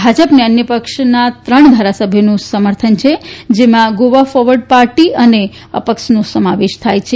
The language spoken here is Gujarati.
ભાજપને અન્ય પક્ષના ત્રણ ધારાસભ્યોનું સમર્થન છે જેમાં ગોવા ફોર્વડ પાર્ટી અને અપક્ષનો સમાવેશ થાય છે